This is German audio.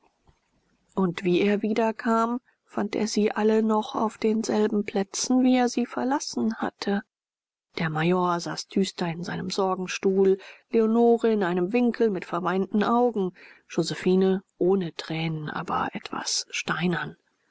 und wie er wieder kam fand er sie alle noch auf denselben plätzen wie er sie verlassen hatte der major saß düster in seinem sorgenstuhl leonore in einem winkel mit verweinten augen josephine ohne tränen aber etwas